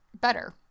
better